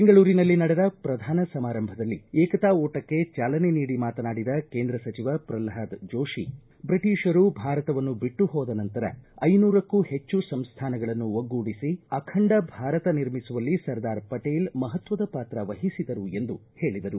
ಬೆಂಗಳೂರಿನಲ್ಲಿ ನಡೆದ ಶ್ರಧಾನ ಸಮಾರಂಭದಲ್ಲಿ ಏಕತಾ ಓಟಕ್ಕೆ ಚಾಲನೆ ನೀಡಿ ಮಾತನಾಡಿದ ಕೇಂದ್ರ ಸಚಿವ ಪ್ರಹ್ಲಾದ ಜೋಶಿ ಬ್ರಿಟಿಷರು ಭಾರತವನ್ನು ಬಿಟ್ಟು ಹೋದ ನಂತರ ಐನೂರಕ್ಕೂ ಹೆಚ್ಚು ಸಂಸ್ಥಾನಗಳನ್ನು ಒಗ್ಗೂಡಿಸಿ ಅಖಂಡ ಭಾರತ ನಿರ್ಮಿಸುವಲ್ಲಿ ಸರ್ದಾರ್ ಪಟೇಲ್ ಮಹತ್ವದ ಪಾತ್ರ ವಹಿಸಿದರು ಎಂದು ಹೇಳಿದರು